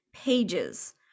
pages